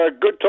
Good